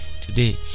today